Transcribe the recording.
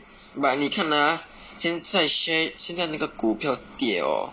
but 你看 ah 现在 share 现在那个股票跌哦